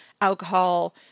alcohol